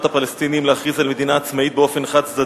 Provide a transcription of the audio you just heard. הפלסטינים להכריז על מדינה עצמאית באופן חד-צדדי.